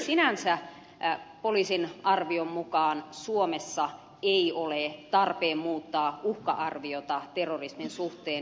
sinänsä poliisin arvion mukaan suomessa ei ole tarpeen muuttaa uhka arviota terrorismin suhteen